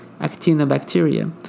actinobacteria